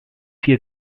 vier